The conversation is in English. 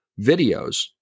videos